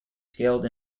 scaled